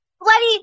bloody